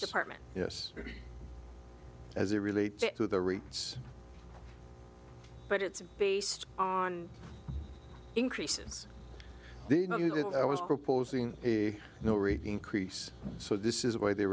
partment yes as it relates to the rates but it's based on increases that i was proposing a no rate increase so this is why they